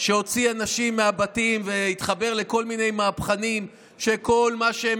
שהוציא אנשים מהבתים והתחבר לכל מיני מהפכנים שכל מה שהם